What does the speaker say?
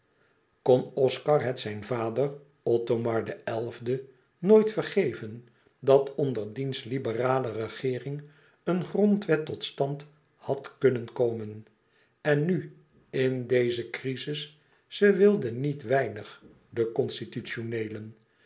kon oscar het zijn vader othomar xi nooit vergeven dat onder diens liberalere regeering een grondwet tot stand had knnen komen en nu in deze crizis ze wilden niet weinig de constitutioneelen